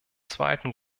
zweiten